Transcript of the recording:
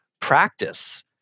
practice